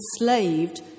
enslaved